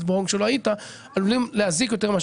חבר הכנסת בוארון,